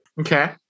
Okay